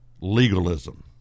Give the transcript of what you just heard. legalism